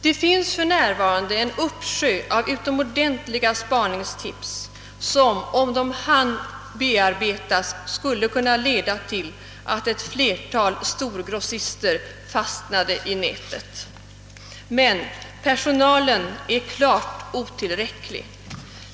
Det finns för närvarande en uppsjö av utomordentliga spaningstips som, om de hann bearbetas, skulle kunna leda till att ett flertal storgrossister fastnade i nätet. Men personalen är klart otillräcklig.